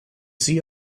see